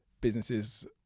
businesses